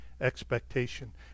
expectation